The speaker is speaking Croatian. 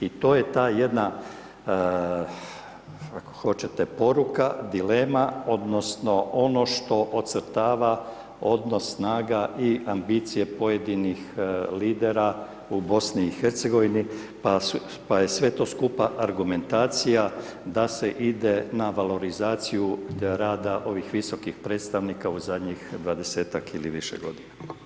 I to je ta jedna, ako hoćete, poruka, dilema, odnosno ono što ocrtava odnos snaga i ambicije pojedinih lidera u BiH pa je sve to skupa argumentacija da se ide na valorizaciju rada ovih visokih predstavnika u zadnjih 20-tak ili više godina.